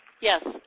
yes